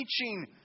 teaching